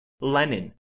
Lenin